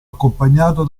accompagnato